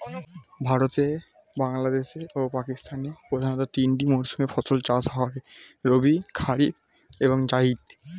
ভারতে, বাংলাদেশ ও পাকিস্তানের প্রধানতঃ তিনটি মৌসুমে ফসল চাষ হয় রবি, কারিফ এবং জাইদ